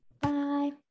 Bye